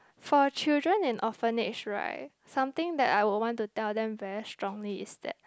for children and orphanage right something that I will want to tell them very strongly is that